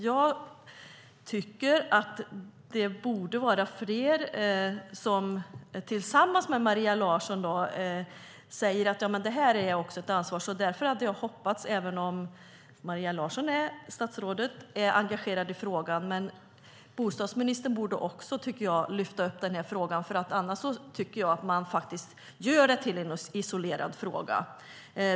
Jag tycker att det borde vara fler som, liksom Maria Larsson, säger att det här är ett ansvar för fler än socialtjänsten. Därför hade jag hoppats, även om statsrådet Maria Larsson är engagerad i frågan, att bostadsministern skulle lyfta upp den här frågan, för annars tycker jag att man gör det till en isolerad fråga.